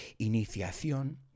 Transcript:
iniciación